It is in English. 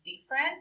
different